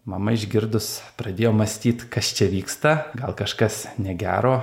mama išgirdus pradėjo mąstyt kas čia vyksta gal kažkas negero